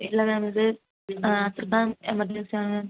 ഇല്ല മാം ഇത് ആ അത്രക്കും എമർജൻസി ആണ്